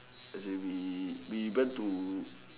as in we we went to